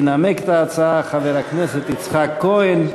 ינמק את ההצעה חבר הכנסת יצחק כהן.